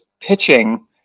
pitching